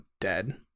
dead